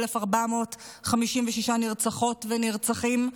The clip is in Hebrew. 1,456 נרצחות ונרצחים,